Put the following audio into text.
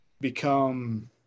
become